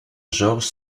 georges